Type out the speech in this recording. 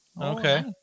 Okay